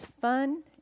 fun